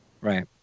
Right